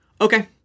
okay